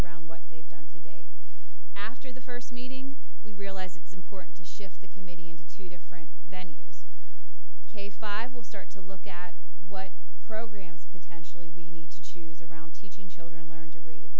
around what they've done after the first meeting we realize it's important to shift the committee into two different venues k five will start to look at what programs potentially we need to choose around teaching children learn to read